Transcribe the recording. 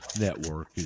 network